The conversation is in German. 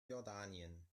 jordanien